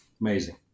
Amazing